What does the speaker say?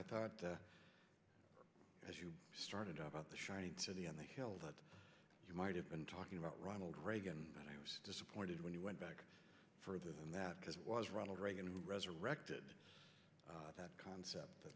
i thought as you started about the shining city on the hill that you might have been talking about ronald reagan i was disappointed when you went back further than that because it was ronald reagan who resurrected that concept